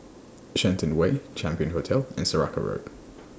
Shenton Way Champion Hotel and Saraca Road